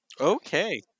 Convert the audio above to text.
Okay